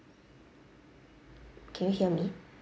can you hear me